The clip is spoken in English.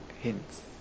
hints